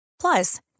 Plus